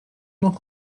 noch